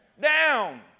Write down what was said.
down